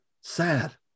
sad